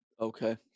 Okay